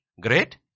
great